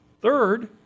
Third